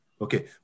okay